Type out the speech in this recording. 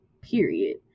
Period